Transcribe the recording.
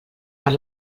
per